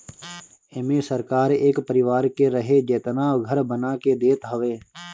एमे सरकार एक परिवार के रहे जेतना घर बना के देत हवे